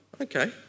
okay